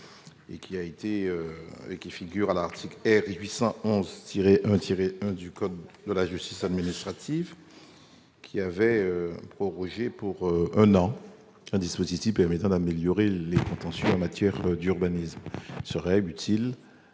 en 2013. L'article R. 811-1-1 du code de justice administrative, qui avait prorogé pour un an un dispositif permettant d'améliorer les contentieux en matière d'urbanisme.